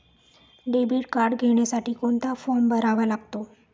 Debit card घेण्यासाठी कोणता form भरावा लागतो?